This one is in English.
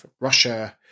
Russia